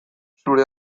zure